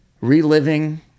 reliving